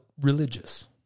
religious